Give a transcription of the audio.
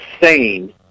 insane